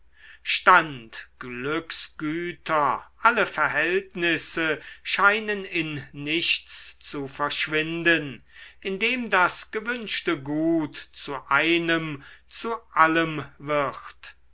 stand glücksgüter alle verhältnisse scheinen in nichts zu verschwinden indem das gewünschte gut zu einem zu allem wird